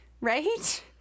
Right